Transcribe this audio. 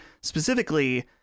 specifically